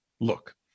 Look